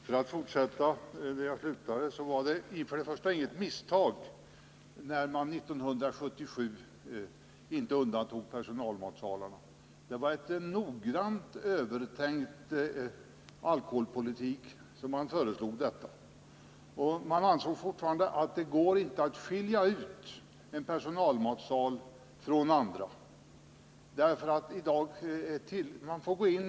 Herr talman! Jag skall fortsätta där jag slutade i min förra replik. Det var inget misstag när man 1977 inte undantog personalmatsalarna från bestämmelsen om att det fordrades tillstånd för att servera öl. Det var ett alkoholpolitiskt noggrant övertänkt förslag. Man ansåg att det inte går att skilja ut en personalmatsal från andra näringsställen.